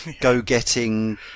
go-getting